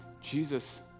Jesus